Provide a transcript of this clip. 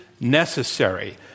necessary